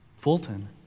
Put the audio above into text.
Fulton